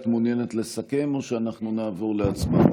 את מעוניינת לסכם או שאנחנו נעבור להצבעה?